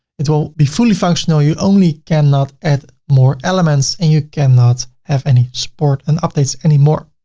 it will be fully functional. you only cannot add more elements and you cannot have any support and updates anymore.